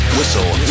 Whistle